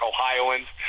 Ohioans